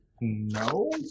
no